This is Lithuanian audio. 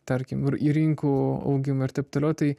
tarkim ir į rinkų augimą ir taip toliau tai